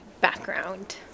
background